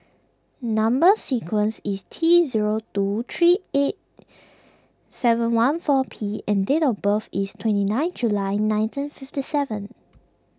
Number Sequence is T zero two three eight seven one four P and date of birth is twenty nine July nineteen fifty seven